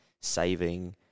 saving